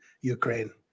Ukraine